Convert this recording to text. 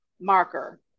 marker